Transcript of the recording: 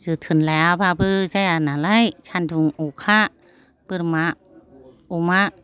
जोथोन लायाबाबो जाया नालाय सान्दुं अखा बोरमा अमा